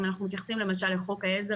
אם אנחנו מתייחסים למשל לחוק העזר